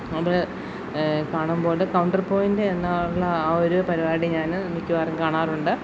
അത് കാണുമ്പോൾ counter point എന്ന് ഉള്ള ആ ഒരു പരിപാടി ഞാൻ മിക്കവാറും കാണാറുണ്ട്